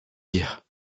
dire